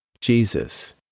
Jesus